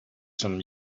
some